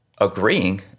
agreeing